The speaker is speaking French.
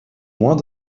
moins